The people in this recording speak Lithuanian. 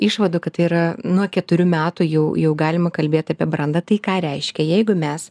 išvadų kad tai yra nuo keturių metų jau jau galima kalbėt apie brandą tai ką reiškia jeigu mes